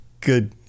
Good